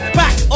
back